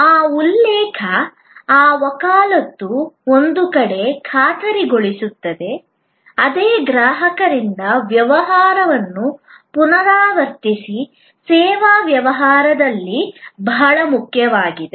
ಆ ಉಲ್ಲೇಖ ಆ ವಕಾಲತ್ತು ಒಂದು ಕಡೆ ಖಾತ್ರಿಗೊಳಿಸುತ್ತದೆ ಅದೇ ಗ್ರಾಹಕರಿಂದ ವ್ಯವಹಾರವನ್ನು ಪುನರಾವರ್ತಿಸಿ ಸೇವಾ ವ್ಯವಹಾರದಲ್ಲಿ ಬಹಳ ಮುಖ್ಯವಾಗಿದೆ